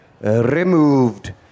removed